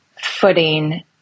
footing